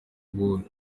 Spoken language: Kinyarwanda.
ubuntu